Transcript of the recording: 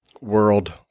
world